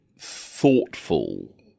thoughtful